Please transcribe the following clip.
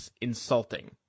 insulting